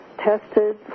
tested